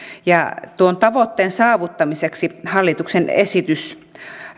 tuon tavoitteen saavuttamiseksi hallituksen esitys